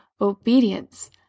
obedience